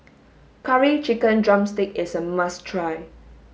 curry chicken drumstick is a must try